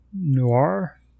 Noir